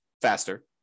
faster